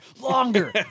longer